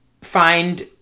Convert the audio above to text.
find